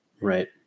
Right